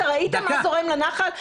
אתה ראית מה זורם לנחל?